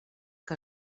que